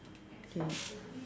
okay